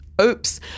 Oops